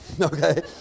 Okay